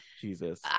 jesus